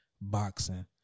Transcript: boxing